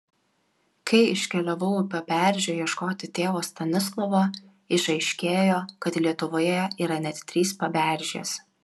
kai iškeliavau į paberžę ieškoti tėvo stanislovo išaiškėjo kad lietuvoje yra net trys paberžės